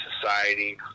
society